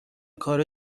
کار